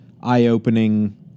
eye-opening